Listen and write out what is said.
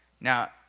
Now